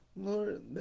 Lord